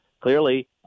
clearly